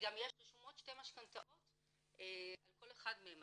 וגם רשומות שתי משכנתאות על כל אחד מהם.